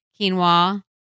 Quinoa